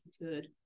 good